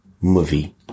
Movie